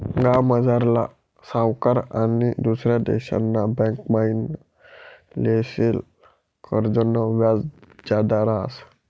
गावमझारला सावकार आनी दुसरा देशना बँकमाईन लेयेल कर्जनं व्याज जादा रहास